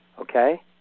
Okay